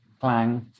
clang